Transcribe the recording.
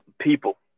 People